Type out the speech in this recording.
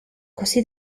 così